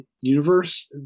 universe